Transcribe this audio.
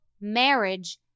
marriage